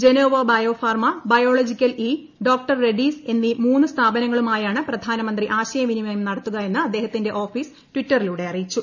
Genoa bio pharma biological E doctor Reddy's എന്നീ മൂന്ന് സ്ഥാപനങ്ങളുമായാണ് പ്രധാനമന്ത്രി ആശയവിനിമയം നടത്തുക എന്ന് അദ്ദേഹത്തിന്റെ ഓഫീസ് ടിറ്ററിലൂടെ അറിയിച്ചു